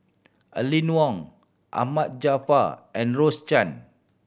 Aline Wong Ahmad Jaafar and Rose Chan